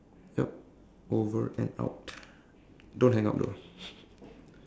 yup over and out don't hang up though